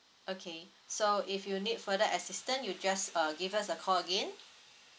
okay so if you need further assistant you just uh give us a call again